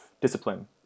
discipline